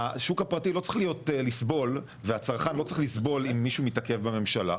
השוק הפרטי לא צריך לסבול והצרכן לא צריך לסבול אם מישהו מתעכב בממשלה.